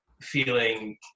feeling